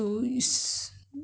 what else can be you know